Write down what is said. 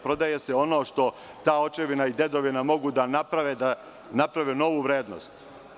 Prodaje se ono što ta očevina i dedovina mogu da naprave, da naprave novu vrednost.